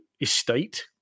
estate